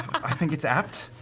i think it's apt.